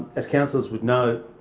as councillors would know,